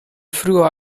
früher